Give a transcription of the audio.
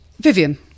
Vivian